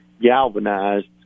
galvanized